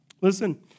Listen